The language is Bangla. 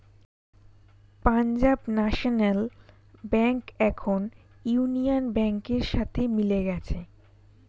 পাঞ্জাব ন্যাশনাল ব্যাঙ্ক এখন ইউনিয়ান ব্যাংকের সাথে মিলে গেছে